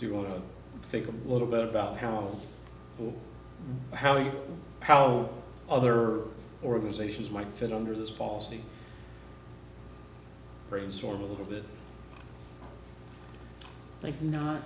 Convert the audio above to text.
do you want to think a little bit about how or how you how other organizations might fit under this policy brainstorm a little bit like not